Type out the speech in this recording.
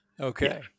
Okay